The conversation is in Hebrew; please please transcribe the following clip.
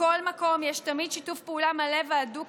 מכל מקום יש תמיד שיתוף פעולה מלא והדוק